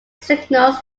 signals